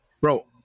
Bro